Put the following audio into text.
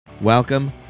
Welcome